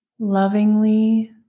Lovingly